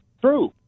true